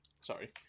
Sorry